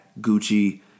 Gucci